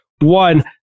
one